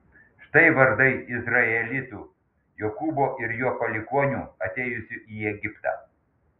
štai vardai izraelitų jokūbo ir jo palikuonių atėjusių į egiptą